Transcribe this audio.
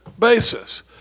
basis